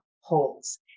holds